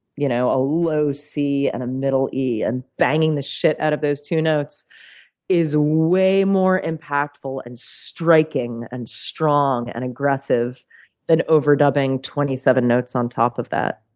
you know a low c and a middle e. and banging the shit out of those two notes is way more impactful and striking and strong and aggressive than overdubbing twenty seven notes on top of that.